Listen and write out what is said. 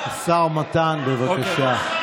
השר מתן, בבקשה.